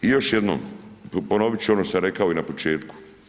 O još jednom, ponovit ću ono što sam rekao i na početku.